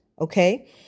Okay